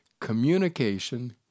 Communication